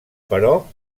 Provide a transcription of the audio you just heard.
però